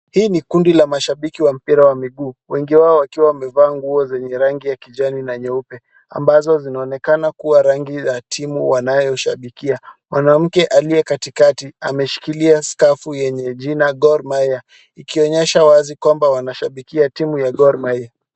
Hii ni kundi ya mashabiki wa mpira wa miguu. Wengi wao wakiwa wamevaa nguo zenye rangi ya kijani na nyeupe ambazo zinaonekana kuwa rangi ya timu wanayoishabikia. Mwanamke aliye katikati ameshikilia scarf yenye jina Gor Mahia. Ikionyesha wazi kwamba wanashabikia timu ya Gor Mahia.